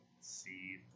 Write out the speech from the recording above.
see